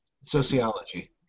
sociology